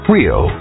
Real